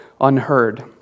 unheard